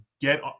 get